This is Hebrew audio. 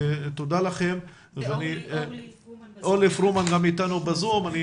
וח"כ אורלי פרומן איתנו בזום.